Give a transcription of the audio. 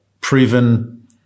proven